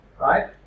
right